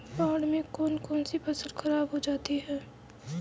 बाढ़ से कौन कौन सी फसल खराब हो जाती है?